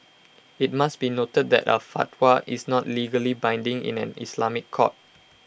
IT must be noted that A fatwa is not legally binding in an Islamic court